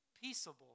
peaceable